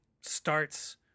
starts